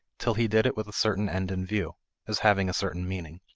till he did it with a certain end in view as having a certain meaning.